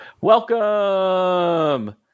Welcome